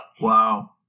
Wow